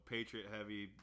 Patriot-heavy